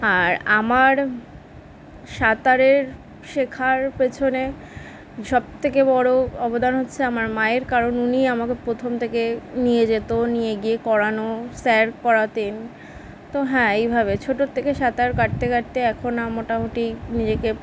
আর আমার সাঁতারের শেখার পেছনে সবথেকে বড় অবদান হচ্ছে আমার মায়ের কারণ উনিই আমাকে প্রথম থেকে নিয়ে যেত নিয়ে গিয়ে করানো স্যার করাতেন তো হ্যাঁ এইভাবে ছোটোর থেকে সাঁতার কাটতে কাটতে এখন আ মোটামুটি নিজেকে